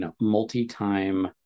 multi-time